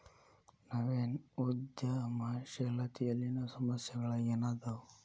ನವೇನ ಉದ್ಯಮಶೇಲತೆಯಲ್ಲಿನ ಸಮಸ್ಯೆಗಳ ಏನದಾವ